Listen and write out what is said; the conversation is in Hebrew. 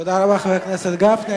תודה רבה, חבר הכנסת גפני.